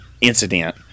incident